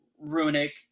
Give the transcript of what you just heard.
runic